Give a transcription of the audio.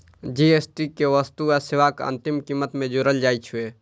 GST कें वस्तु आ सेवाक अंतिम कीमत मे जोड़ल जाइ छै